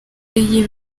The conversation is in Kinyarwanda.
igihe